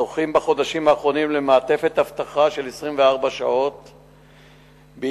זוכים בחודשים האחרונים למעטפת אבטחה של 24 שעות ביממה.